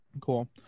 cool